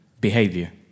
behavior